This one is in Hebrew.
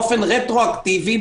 באופן רטרואקטיבי,